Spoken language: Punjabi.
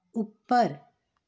ਉੱਪਰ